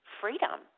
freedom